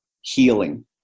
healing